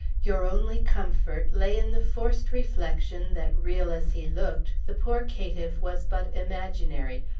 your only comfort lay in the forced reflection, that, real as he looked, the poor caitiff was but imaginary,